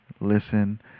listen